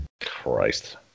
Christ